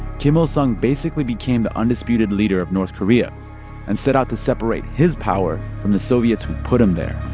kim il sung basically became the undisputed leader of north korea and set out to separate his power from the soviets who put him there